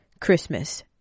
Christmas